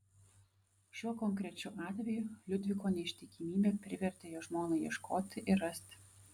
šiuo konkrečiu atveju liudviko neištikimybė privertė jo žmoną ieškoti ir rasti